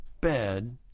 bed